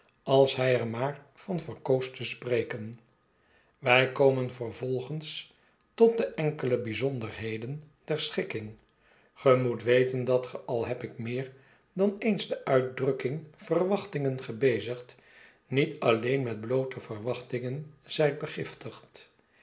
als hij er maar van verkoos te spreken wij komen vervolgens tot de enkele bij zonderheden der schikking ge moet weten dat ge al heb ik meer dan eens de uitdrukking verwachtingen gebezigd niet alleen met bloote verwachtingen zijt